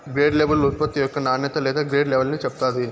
grade label ఉత్పత్తి యొక్క నాణ్యత లేదా గ్రేడ్ లెవల్ని చెప్తాది